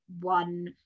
one